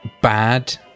bad